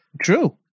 true